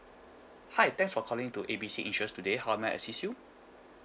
hi thanks for calling to A B C insurance today how may I assist you